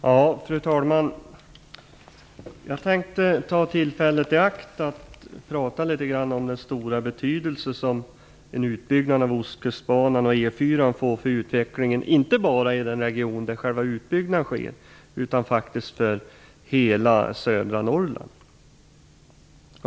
Fru talman! Jag tänkte ta tillfället i akt att prata litet om den stora betydelse som en utbyggnad av Ostkustbanan och E 4 får för utvecklingen, inte bara i den region där själva utbyggnaden sker utan också i hela södra Norrland.